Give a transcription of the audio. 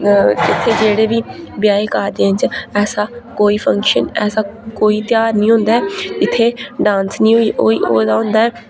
इत्थै जेह्ड़े बी ब्याहें कारजें च ऐसा कोई फंक्शन ऐसा कोई तेहार निं होंदा ऐ जित्थै डांस निं होए होए दा होंदा ऐ